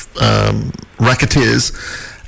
racketeers